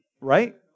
Right